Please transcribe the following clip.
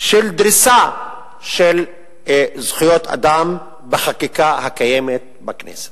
של דריסה של זכויות אדם בחקיקה הקיימת בכנסת.